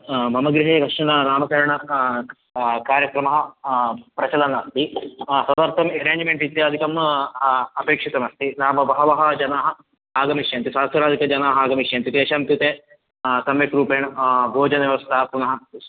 मम गृहे कश्चन नामकरण कार्यक्रमः प्रचलन्नस्ति तदर्थम् अरेञ्ज्मेण्ट् इत्यादिकं अपेक्षितमस्ति नाम बहवः जनाः आगमिष्यन्ति सहस्राधिकजनाः आगमिष्यन्ति तेषां कृते सम्यग्रूपेण भोजनव्यवस्था पुनः